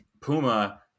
Puma